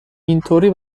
اینطوری